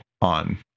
on